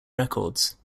records